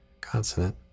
consonant